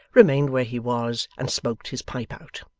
remained where he was, and smoked his pipe out.